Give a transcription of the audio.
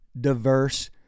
diverse